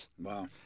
Wow